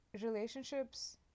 relationships